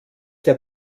der